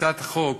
הצעת החוק